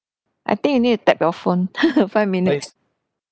I think you need to tap your phone five minutes